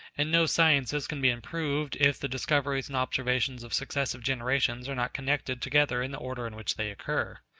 and no sciences can be improved if the discoveries and observations of successive generations are not connected together in the order in which they occur.